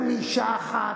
היתה יותר מאשה אחת.